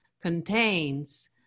contains